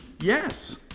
yes